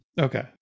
Okay